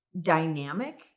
dynamic